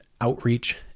outreach